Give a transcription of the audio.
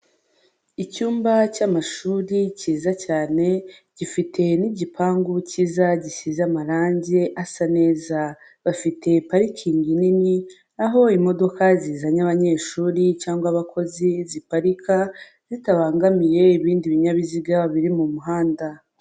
Icyumba cy'amashuri cyiza cyane, gifite n'igipangu cyiza gisize amarange asa neza, bafite parikingi nini aho imodoka zizanye abanyeshuri cyangwa abakozi ziparika, zitabangamiye ibindi binyabiziga biri mu muhanda.